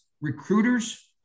recruiters